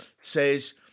says